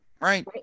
Right